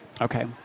Okay